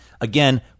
again